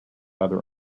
other